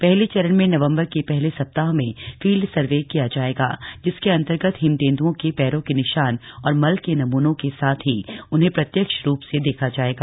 पहले चरण में नवम्बर के पहले सप्ताह में फील्ड सर्वे किया जाएगा जिसके अंतर्गत हिम तेन्दओं के पैरों के निशान और मल के नमनों के साथ ही उन्हें प्रत्यक्ष रूप से देखा जाएगा